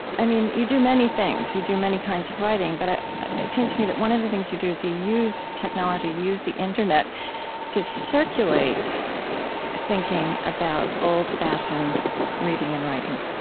i mean, you do many things. you do many kinds of writing. but it seems to me that one of the things you do is, you use technology, you use the internet to circulate thinking about old-fashioned reading and writing